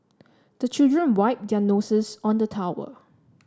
the children wipe their noses on the towel